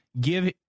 give